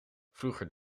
vroeger